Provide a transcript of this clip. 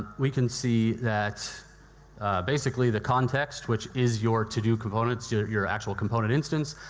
we can see that basically the context, which is your to-do component, your your actual component instance,